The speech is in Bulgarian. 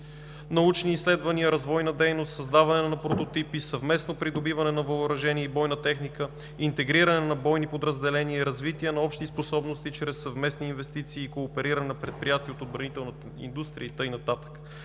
научни изследвания, развойна дейност, създаване на продукти, съвместно придобиване на въоръжение и бойна техника, интегриране на бойни подразделения, развитие на общи способности чрез съвместни инвестиции и коопериране на предприятия от отбранителната индустрия и така